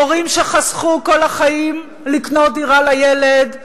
הורים שחסכו כל החיים לקנות דירה לילד,